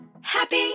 Happy